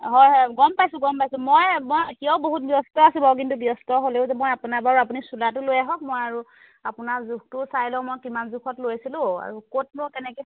হয় হয় গম পাইছোঁ গম পাইছোঁ মই মই কিয় বহুত ব্যস্ত আছো বাৰু কিন্তু ব্যস্ত হ'লেও মই আপোনাৰ বা আপুনি চোলাটো লৈ আহক আপোনাৰ জোখটোও চাই ল'ম কিমান জোখত লৈছিলোঁ আৰু ক'তনো কেনেকৈ